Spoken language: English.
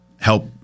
help